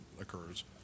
occurs